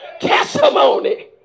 testimony